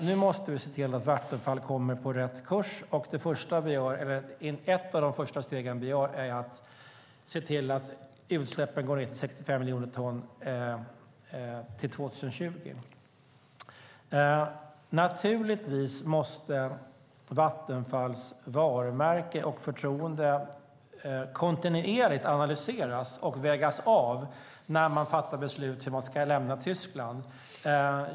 Nu måste vi se till att Vattenfall kommer på rätt kurs, och ett av de första stegen vi tar är att se till att utsläppen går ned till 65 miljoner ton till 2020. Naturligtvis måste Vattenfalls varumärke och förtroende analyseras kontinuerligt och vägas in när man fattar beslut om hur man ska lämna Tyskland.